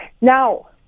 Now